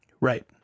Right